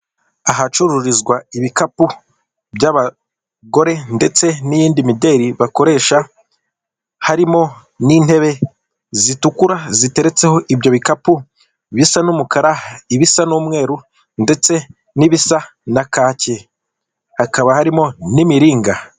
Ahacururizwa ibikapu by'abagore ndetse n'iyindi mideli bakoresha, harimo n'intebe zitukura ziteretseho ibyo bikapu bisa n'umukara, ibisa n'umweru ndetse n'ibisa na kake, hakaba harimo n'imiringa.